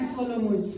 Solomon